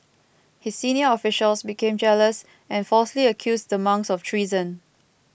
his senior officials became jealous and falsely accused the monks of treason